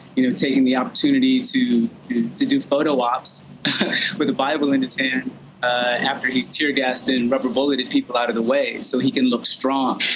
you know, taking the opportunity to to do photo ops with a bible in his hand after he's tear-gassed and rubber-bulleted people out of the way so he can look strong.